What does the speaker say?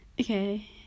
Okay